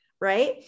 right